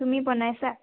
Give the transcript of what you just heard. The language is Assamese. তুমি বনাইছা